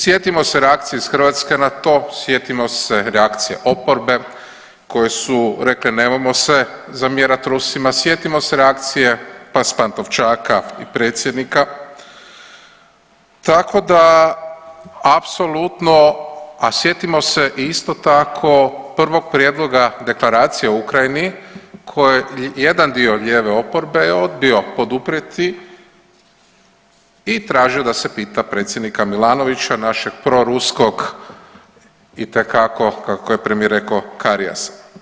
Sjetimo se reakcije iz Hrvatske na to, sjetimo se reakcije oporbe koji su rekli nemojmo se zamjerat Rusima, sjetimo se reakcije pa s Pantovčaka i predsjednika, tako da apsolutno, a sjetimo se isto tako prvog prijedloga Deklaracije o Ukrajini koji jedan dio lijeve oporbe je odbio poduprijeti i tražio da se pita predsjednika Milanovića našeg proruskog itekako kako je premijer rekao karijesa.